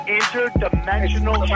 interdimensional